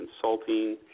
Consulting